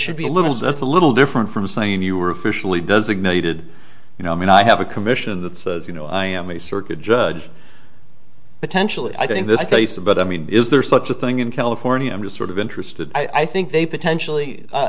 should be a little that's a little different from saying you were officially designated you know i mean i have a commission that says you know i am a circuit judge potentially i think this case about i mean is there such a thing in california i'm just sort of interested i think they potentially